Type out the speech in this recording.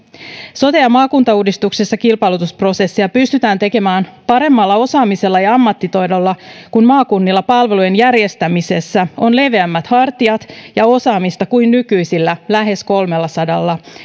sote ja maakuntauudistuksessa kilpailutusprosessia pystytään tekemään paremmalla osaamisella ja ammattitaidolla kun maakunnilla palvelujen järjestämisessä on leveämmät hartiat ja enemmän osaamista kuin nykyisillä lähes kolmellasadalla